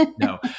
no